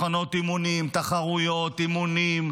מחנות אימונים, תחרויות, אימונים.